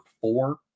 four